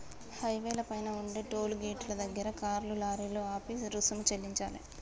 హైవేల పైన ఉండే టోలు గేటుల దగ్గర కార్లు, లారీలు ఆపి రుసుము చెల్లించాలే